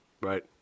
Right